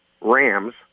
Rams